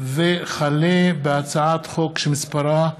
הצעת חוק יום